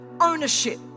ownership